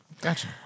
Gotcha